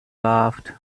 laughed